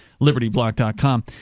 Libertyblock.com